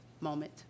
moment